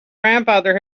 grandfather